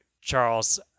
Charles